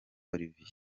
olivier